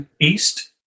east